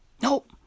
Nope